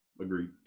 Agreed